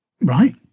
right